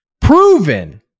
proven